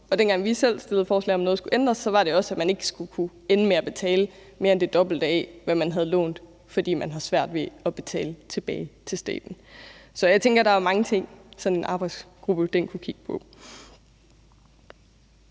op. Dengang vi selv stillede forslag om, at noget skulle ændres, var det også sådan, at man ikke skulle ende med at kunne betale mere end det dobbelte af, hvad man havde lånt, fordi man havde svært ved at betale tilbage til staten. Så jeg tænker, der er mange ting, sådan en arbejdsgruppe kunne kigge på.